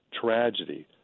tragedy